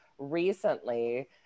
recently